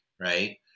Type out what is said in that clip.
right